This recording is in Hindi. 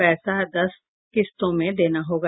पैसा दस किस्तों में देना होगा